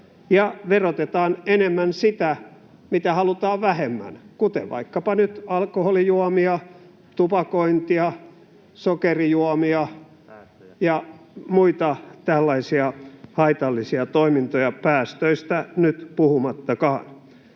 verotetaan enemmän sitä, mitä halutaan vähemmän, kuten vaikkapa nyt alkoholijuomia, tupakointia, sokerijuomia ja muita tällaisia haitallisia toimintoja, päästöistä nyt puhumattakaan.